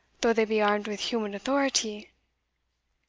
though they be armed with human authority?